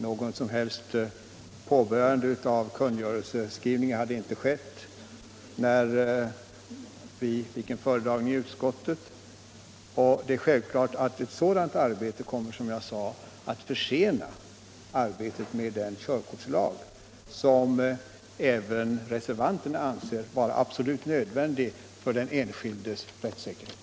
Något som helst påbörjande av kungörelseskrivning hade inte skett när vi fick en föredragning i utskottet. Det är självfallet att ett sådant arbete kommer att, som jag sade, försena arbetet med den körkortslag som även reservanterna anser vara absolut nödvändig för den enskildes rättssäkerhet.